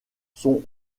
sont